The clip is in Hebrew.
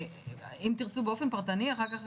אם תרצו באופן פרטני אחר כך,